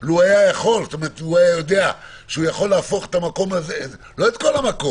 לו ידע שיכול להפוך את המקום לא את כולו,